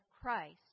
Christ